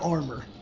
Armor